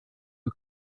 you